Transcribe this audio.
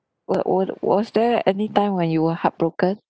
were was was there any time when you were heartbroken